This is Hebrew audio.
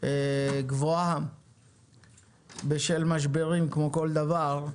גבוהה בשל משברים, כמו בכל דבר,